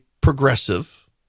progressive